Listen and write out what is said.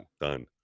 Done